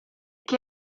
che